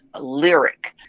lyric